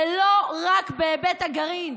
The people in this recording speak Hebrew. ולא רק בהיבט הגרעין.